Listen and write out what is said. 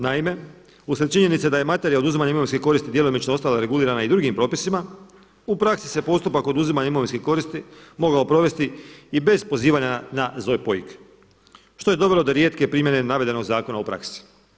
Naime, uslijed činjenice da je materija oduzimanje imovinske koristi djelomično ostala regulirana i drugim propisima u praksi se postupak oduzimanja imovinske koristi mogao provesti i bez pozivanja na ZOPOIK što je dovelo do rijetke primjene navedenog zakona u praksi.